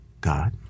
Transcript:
God